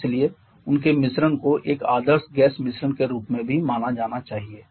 और इसलिए उनके मिश्रण को एक आदर्श गैस मिश्रण के रूप में भी माना जाना चाहिए